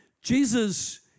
Jesus